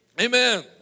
amen